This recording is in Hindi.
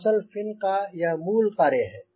डोर्सल फिन का यह मूल कार्य है